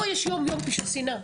פה יש יום-יום פשעי שנאה.